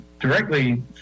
directly